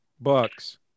bucks